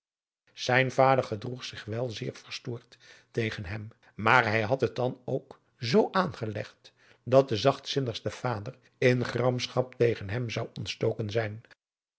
zijn vader gedroeg zich wel zeer verstoord tegen hein maar hij had het dan toch ook zoo aangelegd dat de zachtzinnigste vader in gramschap tegen hem zou ontstoken zijn